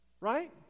Right